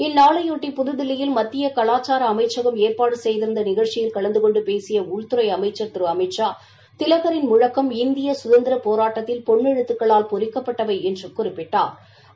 இந்நாளையொட்டி புதுதில்லியில் மத்திய கலாச்சார அமைச்சகம் ஏற்பாடு செய்திருந்த நிகழ்ச்சியில் கலந்து கொண்டு பேசிய உள்துறை அமைச்சர் திரு அமித்ஷா திலகின் முழக்கம் இந்திய சுதந்திரப் போராட்டத்தில் பொனனெழுத்துக்களால் பொறிக்கப்பட்டவை என்றும் குறிப்பிட்டாா்